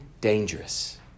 dangerous